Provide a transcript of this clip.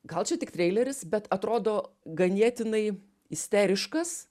gal čia tik treileris bet atrodo ganėtinai isteriškas